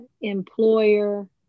employer